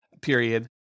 period